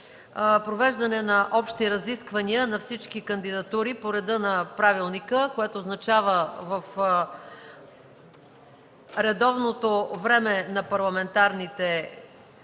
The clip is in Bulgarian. провеждане на общи разисквания на всички кандидатури по реда на правилника, което означава в редовното време на парламентарните групи,